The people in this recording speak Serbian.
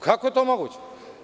Kako je to moguće?